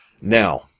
Now